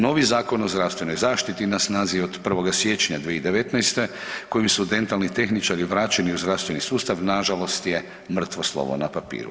Novi Zakon o zdravstvenoj zaštiti na snazi je od 1. Siječnja 2019., kojim su dentalni tehničari vraćeni u zdravstveni sustav nažalost je mrtvo slovo na papiru.